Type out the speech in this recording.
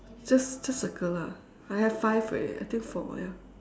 just just circle lah I have five eh I think four ya